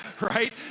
right